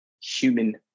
human